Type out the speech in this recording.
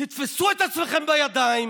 תתפסו את עצמכם בידיים,